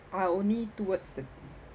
are only towards the